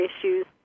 issues